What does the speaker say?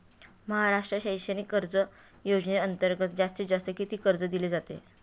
महाराष्ट्र शैक्षणिक कर्ज योजनेअंतर्गत जास्तीत जास्त किती कर्ज दिले जाते?